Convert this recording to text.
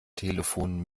telefon